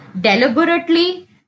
deliberately